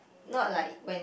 not like when